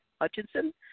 Hutchinson